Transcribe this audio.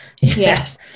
yes